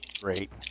great